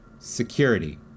security